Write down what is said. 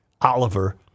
Oliver